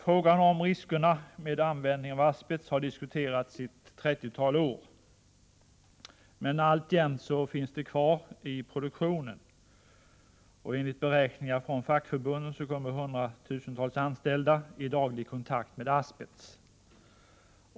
Frågan om riskerna med användning av asbest har diskuteras i ett trettiotal år, men alltjämt finns det kvar i produktionen. Enligt beräkningar från fackförbunden kommer hundratusentals anställda i daglig kontakt med asbest.